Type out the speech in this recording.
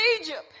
Egypt